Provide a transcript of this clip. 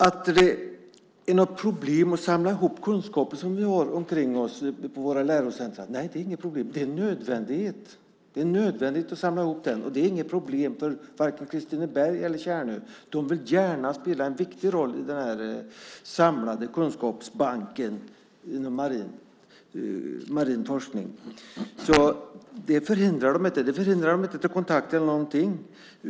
Nej, det är inget problem att samla ihop de kunskaper som vi har omkring oss i våra lärocentrum, det är en nödvändighet. Det är nödvändigt att samla ihop dem. Det är inget problem för vare sig Kristineberg eller Tjärnö. De vill gärna spela en viktig roll i den här samlade kunskapsbanken inom marin forskning. Det förhindrar dem inte att ha några kontakter utåt eller någonting.